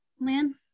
Lynn